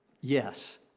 yes